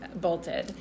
bolted